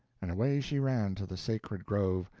and away she ran to the sacred grove,